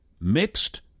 mixed